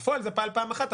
בפועל זה פעל פעם אחת,